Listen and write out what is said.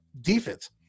defense